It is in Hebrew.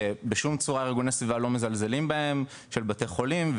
שבשום צורה ארגון הסביבה לא מזלזלים בהם של בתי חולים,